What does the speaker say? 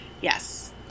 Yes